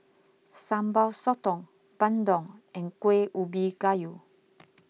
Sambal Sotong Bandung and Kuih Ubi Kayu